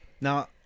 Now